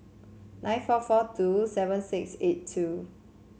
nine four four two seven six eight two